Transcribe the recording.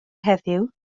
heddiw